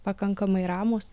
pakankamai ramūs